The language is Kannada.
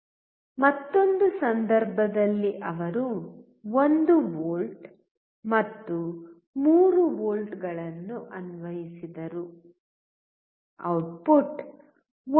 ಮತ್ತೊಂದು ಸಂದರ್ಭದಲ್ಲಿ ಅವರು 1 ವೋಲ್ಟ್ ಮತ್ತು 3 ವೋಲ್ಟ್ಗಳನ್ನು ಅನ್ವಯಿಸಿದರು ಔಟ್ಪುಟ್ 1